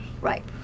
Right